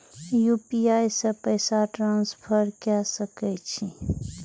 UPI से पैसा transfer की सके छी?